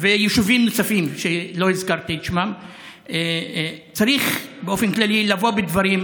ויישובים נוספים שלא הזכרתי את שמם צריך באופן כללי לבוא בדברים,